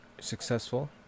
successful